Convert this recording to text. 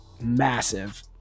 massive